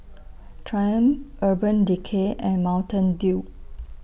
Triumph Urban Decay and Mountain Dew